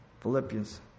Philippians